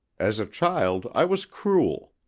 as a child i was cruel.